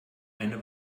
eine